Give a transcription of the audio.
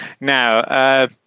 Now